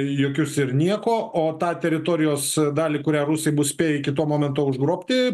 jokius ir nieko o tą teritorijos dalį kurią rusai bus spėję iki to momento užgrobti